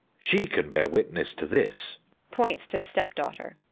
she can bear witness to this points to the step-daughter.